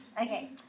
Okay